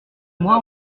moi